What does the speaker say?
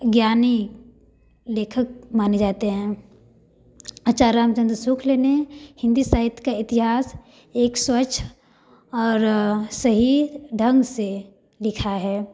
ज्ञानी लेखक माने जाते हैं आचार्य रामचंद्र शुक्ल ने हिंदी साहित्य का इतिहास एक स्वच्छ और सही ढंग से लिखा है